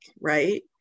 right